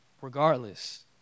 Regardless